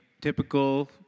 typical